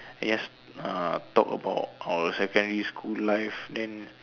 just uh talk about our secondary school life then